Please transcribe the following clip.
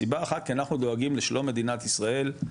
סיבה אחת כי אנחנו דואגים לשלום מדינת ישראל,